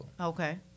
Okay